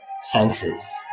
senses